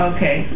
Okay